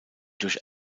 durch